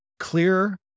Clear